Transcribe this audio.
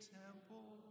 temple